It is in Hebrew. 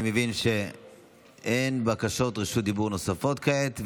אני מבין שאין בקשות רשות דיבור נוספות כעת.